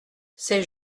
c’est